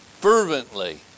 fervently